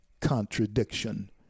contradiction